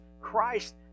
Christ